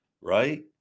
right